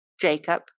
Jacob